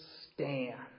stand